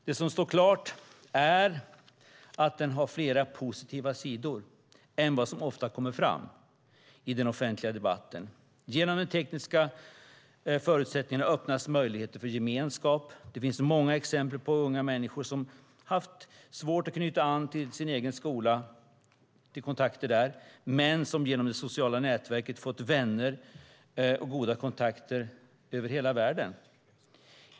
Det som står klart är att den har fler positiva sidor än vad som ofta kommer fram i den offentliga debatten. Genom de tekniska förutsättningarna öppnas möjligheter för gemenskap. Det finns många exempel på unga människor som har haft svårt att knyta kontakter på sin egen skola, men som genom sociala nätverk har fått vänner och goda kontakter över hela världen.